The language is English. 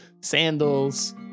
Sandals